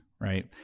right